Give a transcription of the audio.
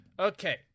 Okay